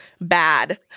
bad